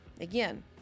Again